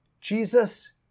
Jesus